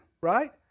right